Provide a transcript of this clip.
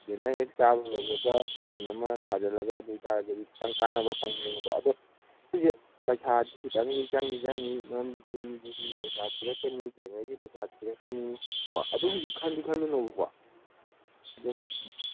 gainer ꯍꯦꯛ ꯆꯥꯕ ꯂꯣꯏꯕꯒ ꯄ꯭ꯔꯣꯇꯤꯟ ꯑꯃ ꯊꯥꯖꯜꯂꯒ ꯑꯗꯨ ꯑꯣꯏ ꯇꯥꯔꯒꯗꯤ ꯈꯤꯇꯪ ꯀꯥꯟꯅꯕ ꯐꯪꯅꯦꯕꯀꯣ ꯑꯗꯣ ꯁꯤꯁꯦ ꯄꯩꯁꯥꯗꯤ ꯈꯤꯇꯪ ꯆꯪꯗꯤ ꯆꯪꯅꯤ ꯃꯔꯝꯗꯤ ꯖꯤꯝꯒꯤ ꯄꯩꯁꯥ ꯄꯤꯔꯛꯀꯅꯤ ꯇ꯭ꯔꯦꯟꯅꯔꯒꯤ ꯄꯩꯁꯥ ꯊꯤꯔꯛꯀꯅꯤ ꯀꯣ ꯑꯗꯨꯒꯤꯗꯤ ꯈꯟꯗꯤ ꯈꯜꯂꯨꯅꯨꯕꯀꯣ ꯑꯗꯨꯝ